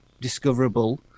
discoverable